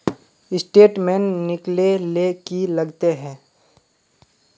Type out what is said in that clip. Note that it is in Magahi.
स्टेटमेंट निकले ले की लगते है?